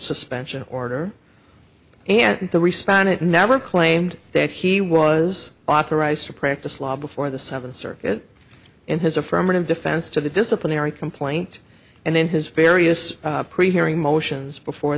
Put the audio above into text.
suspension order and the responded never claimed that he was authorized to practice law before the seventh circuit in his affirmative defense to the disciplinary complaint and then his various pre hearing motions before